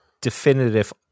definitive